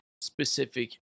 specific